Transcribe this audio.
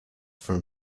from